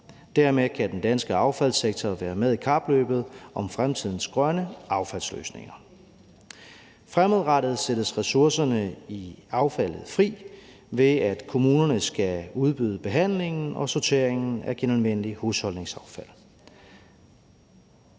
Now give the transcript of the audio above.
Dermed kan den danske affaldssektor være med i kapløbet om fremtidens grønne affaldsløsninger. Fremadrettet sættes ressourcerne i affaldet fri, ved at kommunerne skal udbyde behandlingen og sorteringen af genanvendeligt husholdningsaffald.